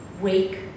wake